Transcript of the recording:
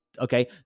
Okay